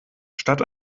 statt